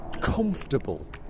comfortable